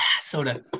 soda